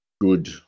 good